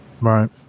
Right